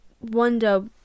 wonder